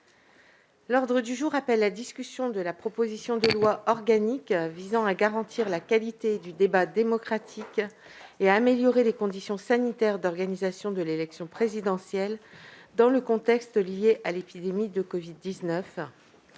modifié, l'ensemble de la proposition de loi organique visant à garantir la qualité du débat démocratique et à améliorer les conditions sanitaires d'organisation de l'élection présidentielle dans le contexte lié à l'épidémie de covid-19.